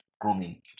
grooming